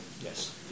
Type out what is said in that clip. Yes